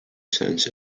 sense